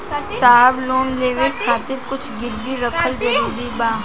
साहब लोन लेवे खातिर कुछ गिरवी रखल जरूरी बा?